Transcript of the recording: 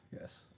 Yes